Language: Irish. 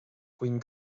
guím